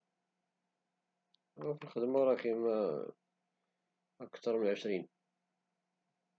في الخدمة كاين أكثر من عشرين